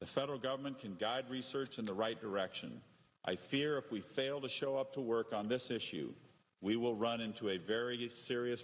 the federal government can guide research in the right direction i fear if we fail to show up to work on this issue we will run into a very serious